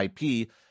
IP